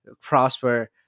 prosper